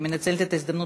אני מנצלת את ההזדמנות,